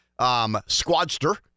Squadster